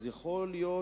אז יכול להיות